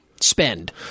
Spend